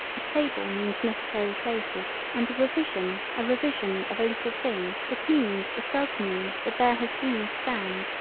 a table means necessary places and a revision a revision of a little thing it means it does mean that there has been a stand,